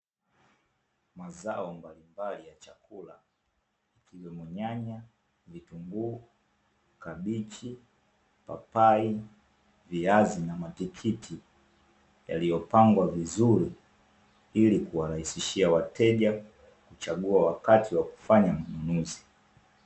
Mazao mbalimbali ya chakula ikiwemo nyanya, vitunguu, kabichi, papai, viazi na matikiti, yaliyopangwa vizuri ili kuwarahisishia wateja kuchagua wakati wa kufanya manunuzi.